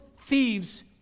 thieves